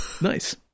nice